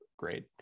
Great